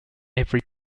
every